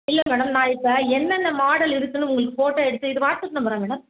இல்லை மேடம் நான் இப்போ என்னென்ன மாடல் இருக்குன்னு உங்களுக்கு ஃபோட்டோ எடுத்து இது வாட்ஸப் நம்பரா மேடம்